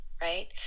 Right